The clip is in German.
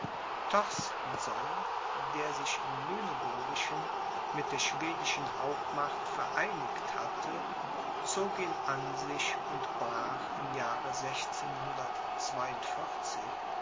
torstenson der sich im lüneburgischen mit der schwedischen hauptmacht vereinigt hatte zog ihn an sich und brach im jahr